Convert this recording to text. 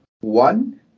One